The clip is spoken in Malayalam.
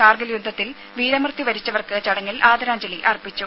കാർഗിൽ യുദ്ധത്തിൽ വീരമൃത്യു വരിച്ചവർക്ക് ചടങ്ങിൽ ആദരാഞ്ജലി അർപ്പിച്ചു